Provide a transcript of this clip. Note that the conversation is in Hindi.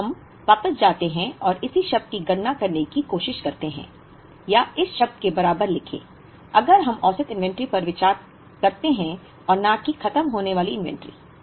तो हम वापस जाते हैं और इस शब्द की गणना करने की कोशिश करते हैं या इस शब्द के बराबर लिखें अगर हम औसत इन्वेंट्री पर विचार करते हैं और न कि खत्म होने वाली इन्वेंटरी